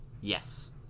Yes